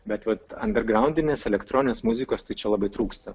bet vat andergraudinės elektroninės muzikos tai čia labai trūksta